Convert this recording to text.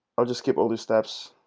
i'll just keep all these steps.